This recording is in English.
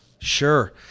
Sure